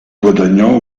guadagnò